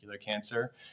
cancer